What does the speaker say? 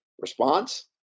response